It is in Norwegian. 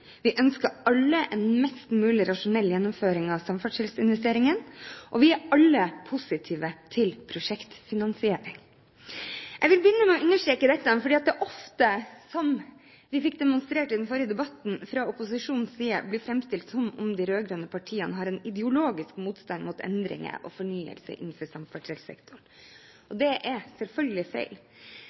vi ønsker alle en mest mulig rasjonell gjennomføring av samferdselsinvesteringene, og vi er alle positive til prosjektfinansiering. Jeg vil begynne med å understreke dette, fordi det ofte – som vi fikk demonstrert i den forrige debatten fra opposisjonens side – blir framstilt som om de rød-grønne partiene har en ideologisk motstand mot endringer og fornyelser innenfor samferdselssektoren. Det er selvfølgelig feil.